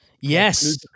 Yes